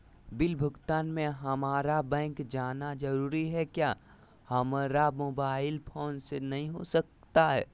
Bill भुगतान में हम्मारा बैंक जाना जरूर है क्या हमारा मोबाइल फोन से नहीं हो सकता है?